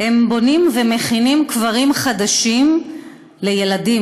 הם בונים ומכינים קברים חדשים לילדים,